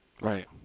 Right